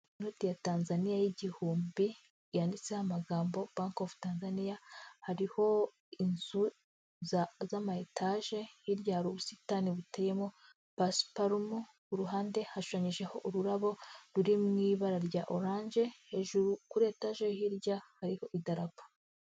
Inote ya tanzania 1000 yanditseho amagambo banki ofu. Tanzaniya hariho inzu za etaje hirya hari ubusitani buteyemo pasiparume ku ruhande hashongejeho ururabo ruri mu ibara rya oranje hejuru kuri etaje hirya hariho idarapo.